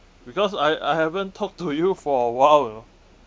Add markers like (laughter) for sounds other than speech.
because I I haven't talked to you (laughs) for a while you know